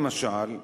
למשל,